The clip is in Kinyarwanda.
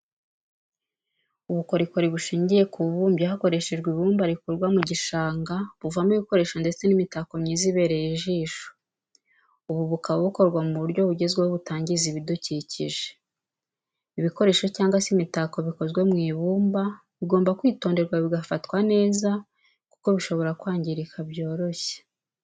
Ubukorikori bushingiye ku bubumbyi hakoreshejwe ibumba rikurwa mu gishanga buvamo ibikoresho ndetse n'imitako myiza ibereye ijisho, ubu bukaba bukorwa mu buryo bugezweho butangiza ibidukikije, ibikoresho cyangwa se imitako bikozwe mu ibumba bigomba kwitonderwa bigafatwa neza kuko bishobora kwangirika byoroshye.